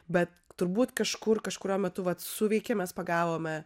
bet turbūt kažkur kažkuriuo metu vat suveikė mes pagavome